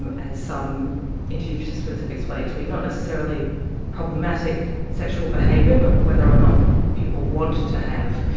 as some interview participants have explained to me, not necessarily problematic sexual behaviour but whether or not people want to have